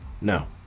No